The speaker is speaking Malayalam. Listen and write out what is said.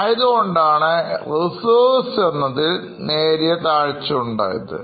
ആയതുകൊണ്ടാണ് Reserves എന്നതിൽ നേരിയ താഴ്ച ഉണ്ടായത്